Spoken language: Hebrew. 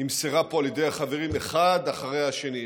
נמסרה פה על ידי החברים אחד אחרי השני,